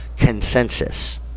consensus